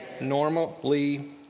normally